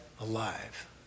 alive